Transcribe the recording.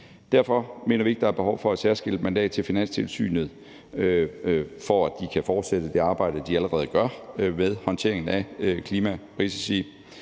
Derfor mener vi ikke, at der er behov for et særskilt mandat til Finanstilsynet, for at de kan fortsætte det arbejde, de allerede gør, med håndtering af klimarisici.